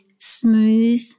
smooth